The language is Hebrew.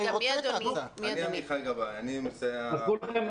אני הרי רוצה את ההקצאה.